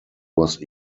was